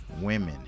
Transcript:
women